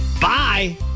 Bye